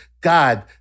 God